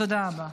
תודה רבה.